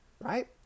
right